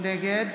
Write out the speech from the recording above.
נגד